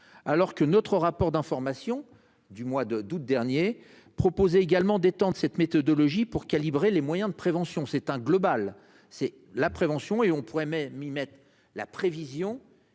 alors que notre rapport d'information du mois de d'août dernier proposer également des temps cette méthodologie pour calibrer les moyens de prévention s'éteint global, c'est la prévention et on pourrait même y mettent la prévision